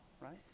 right